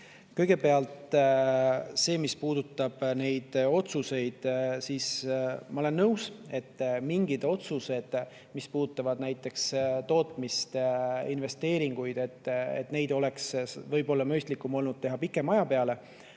Kõigepealt see, mis puudutab neid otsuseid. Ma olen nõus, et mingeid otsuseid, mis puudutavad näiteks tootmist, investeeringuid, oleks võib-olla mõistlikum olnud teha pikema aja